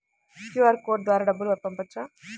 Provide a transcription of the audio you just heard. QR code ద్వారా డబ్బులు పంపవచ్చా?